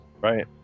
right